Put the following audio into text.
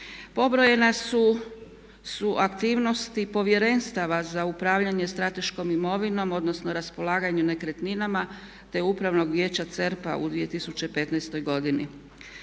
Pobrojene su aktivnosti povjerenstava za upravljanje strateškom imovinom odnosno raspolaganju nekretninama te upravnog vijeća CERP-a u 2015. godini.